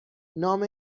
نام